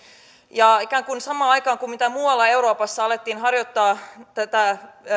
ja ikään kuin samaan aikaan kun muualla euroopassa alettiin harjoittaa